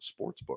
Sportsbook